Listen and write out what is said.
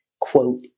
quote